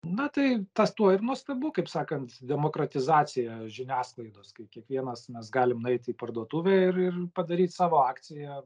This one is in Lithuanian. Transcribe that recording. na tai tas tuo ir nuostabu kaip sakant demokratizacija žiniasklaidos kai kiekvienas mes galim nueit į parduotuvę ir ir padaryt savo akciją